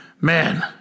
Man